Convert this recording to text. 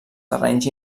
terrenys